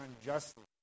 unjustly